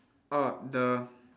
orh the